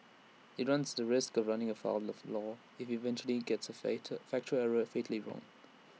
IT runs the risk of running afoul of the law if IT eventually gets A fate factual error fatally wrong